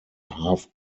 half